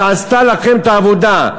שעשתה לכם את העבודה,